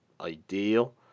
ideal